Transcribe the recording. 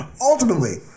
Ultimately